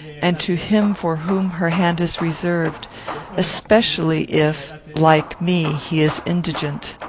and to him for whom her hand is reserved especially if, like me, he is indigent.